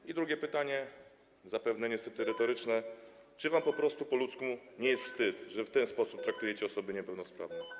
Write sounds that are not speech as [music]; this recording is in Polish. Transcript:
I drugie pytanie, zapewne [noise] niestety retoryczne: Czy wam po prostu po ludzku nie jest wstyd, że w ten sposób traktujecie osoby niepełnosprawne?